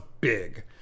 big